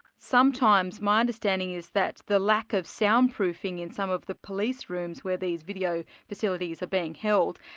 sometimes my understanding is that the lack of soundproofing in some of the police rooms where these video facilities are being held,